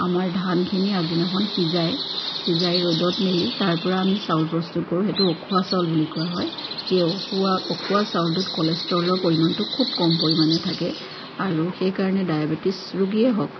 আমাৰ ধানখিনি আগদিনাখন সিজাই সিজাই ৰ'দত মেলি তাৰ পৰা আমি চাউল প্ৰস্তুত কৰোঁ সেইটো উখোৱা চাউল বুলি কোৱা হয় সেই উখোৱা উখোৱা চাউলটোত কলেষ্ট্ৰলৰ পৰিমাণটো খুব কম পৰিমাণে থাকে আৰু সেইকাৰণে ডায়েবেটিছ ৰুগীয়ে হওক